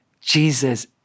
Jesus